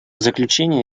заключение